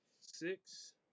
six